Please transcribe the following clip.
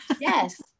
yes